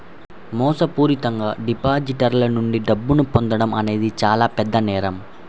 మోసపూరితంగా డిపాజిటర్ల నుండి డబ్బును పొందడం అనేది చానా పెద్ద నేరం